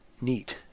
neat